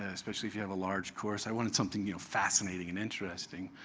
ah especially if you have a large course. i wanted something you know fascinating and interesting.